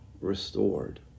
restored